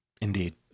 Indeed